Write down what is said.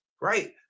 right